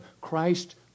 Christ